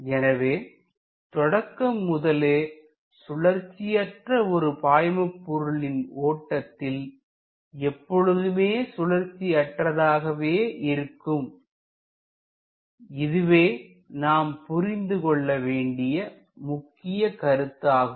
எனவே தொடக்கம் முதலே சுழற்சிஅற்ற ஒரு பாய்மபொருளின் ஓட்டத்தில் எப்பொழுதுமே சுழற்சி அற்றதாகவே இருக்கும் இதுவே நாம் புரிந்து கொள்ள வேண்டிய முக்கிய கருத்து ஆகும்